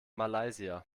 malaysia